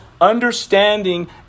understanding